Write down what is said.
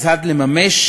לממש